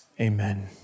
Amen